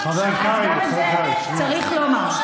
אז גם את זה צריך לומר.